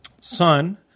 Son